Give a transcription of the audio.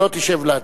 שלא תשב להצביע.